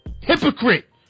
Hypocrite